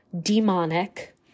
demonic